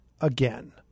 again